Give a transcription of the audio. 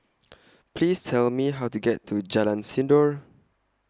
Please Tell Me How to get to Jalan Sindor